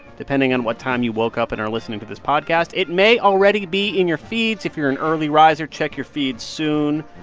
depending on what time you woke up and are listening to this podcast, it may already be in your feeds. if you're an early riser, check your feeds soon.